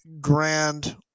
grand